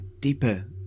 deeper